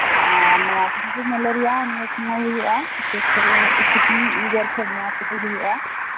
ᱟᱨ ᱱᱚᱶᱟ dengue malaria ᱱᱤᱭᱟᱹ ᱥᱚᱢᱚᱭ ᱦᱩᱭᱩᱜᱼᱟ ᱵᱤᱥᱮᱥ ᱠᱚᱨᱮ ᱥᱤᱠᱲᱤᱡ ᱜᱮᱨ ᱠᱷᱚᱱ ᱱᱚᱶᱟ ᱠᱚᱫᱚ ᱦᱩᱭᱩᱜᱼᱟ